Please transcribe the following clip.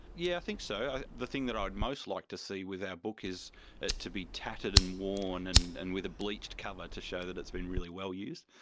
yeah think so. the thing that i'd most like to see with our book is it to be tattered and worn and and with a bleached cover, to show that it's been really well used.